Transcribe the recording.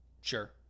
sure